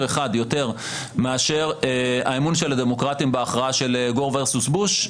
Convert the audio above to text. אחד יותר מאשר האמון של הדמוקרטים בהכרעה של גור versus בוש?